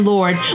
Lord